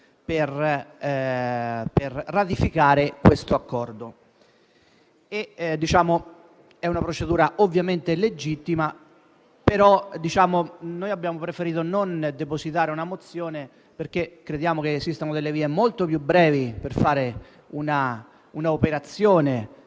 per fare ciò. La procedura è ovviamente legittima, ma noi abbiamo preferito non depositare una mozione perché crediamo esistano delle vie molto più brevi per fare un'operazione